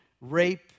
rape